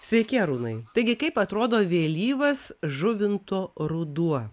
sveiki arūnai taigi kaip atrodo vėlyvas žuvinto ruduo